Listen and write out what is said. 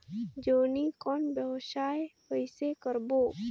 जोणी कौन व्यवसाय कइसे करबो?